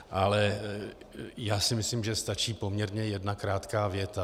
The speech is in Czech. Ale já si myslím, že stačí poměrně jedna krátká věta.